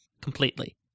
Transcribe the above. completely